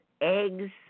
eggs